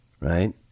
right